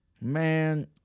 Man